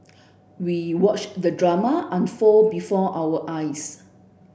we watched the drama unfold before our eyes